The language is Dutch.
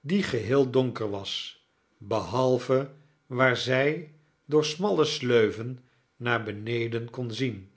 die geheel donker was behalve waar zij door smalle sleuven naar beneden kon zien